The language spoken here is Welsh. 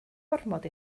ormod